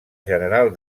general